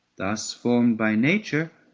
thus formed by nature,